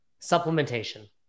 supplementation